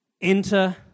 Enter